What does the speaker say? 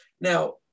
Now